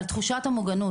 על תחושת המוגנות.